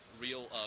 real